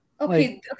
okay